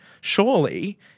surely